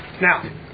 Now